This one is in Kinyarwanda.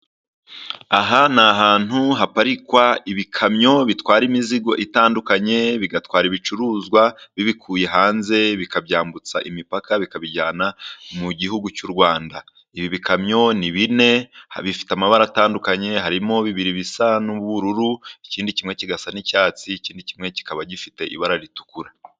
Aha ni ahantu haparikwa ibikamyo bitwara imizigo itandukanye, bigatwara ibicuruzwa bibikuye hanze bikabyambutsa imipaka, bikabijyana mu gihugu cy'u Rwanda. Ibi bikamyo ni bine bifite amabara atandukanye, harimo bibiri bisa n'ubururu ikindi kimwe kigasa n'icyatsi, ikindi kimwe kikaba gifite ibara ritukura.